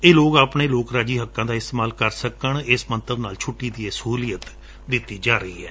ਇਹ ਲੋਕ ਆਪਣੇ ਲੋਕਰਾਜੀ ਹੱਕਾ ਦਾ ਇਸਤੇਮਾਲ ਕਰ ਸਕਣ ਇਸ ਮੰਤਵ ਨਾਲ ਛੁੱਟੀ ਦੀ ਇਹ ਸਹੁਲੀਅਤ ਦਿੱਤੀ ਜਾ ਰਹੀ ਏ